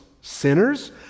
sinners